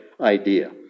idea